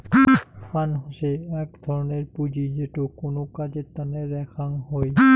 fund হসে এক ধরনের পুঁজি যেটো কোনো কাজের তন্নে রাখ্যাং হই